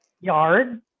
yard